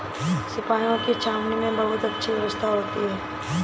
सिपाहियों की छावनी में बहुत अच्छी व्यवस्था होती है